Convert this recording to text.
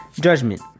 Judgment